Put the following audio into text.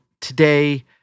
today